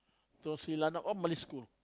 Tun all Malay school